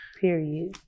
Period